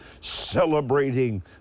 celebrating